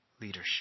leadership